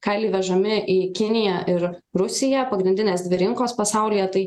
kailiai vežami į kiniją ir rusiją pagrindinės dvi rinkos pasaulyje tai